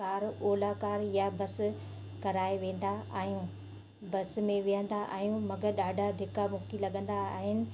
Ola car या bus कराए वेंदा आहियूं बस में विहंदा आहियऊं मगरि ॾाढा धिका मुकी लॻंदा आहिनि